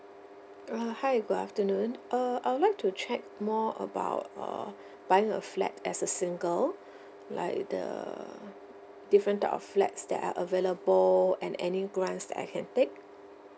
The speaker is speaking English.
uh hi good afternoon uh I would like to check more about uh buying a flat as a single like the different type of flats that are available and any grants that I can take